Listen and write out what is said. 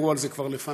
דיברו על זה כבר לפני.